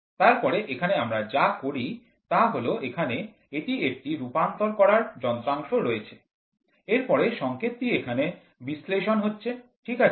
তারপরে এখানে আমরা যা করি তা হল এখানে এটি একটি রূপান্তর করার যন্ত্রাংশ রয়েছে এরপরে সংকেতটি এখানে বিশ্লেষণ হচ্ছে ঠিক আছে